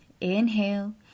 Inhale